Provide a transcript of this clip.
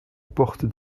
porte